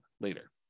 later